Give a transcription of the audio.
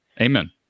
Amen